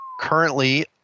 Currently